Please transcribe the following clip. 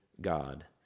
God